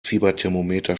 fieberthermometer